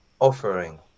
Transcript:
Offering